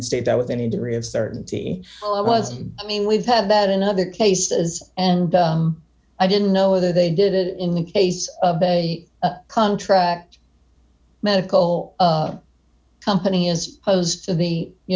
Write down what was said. state that with any degree of certainty i was i mean we've had that in other cases and i didn't know whether they did it in the case of a contract medical company as opposed to the you